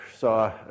saw